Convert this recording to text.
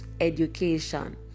education